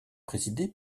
présidé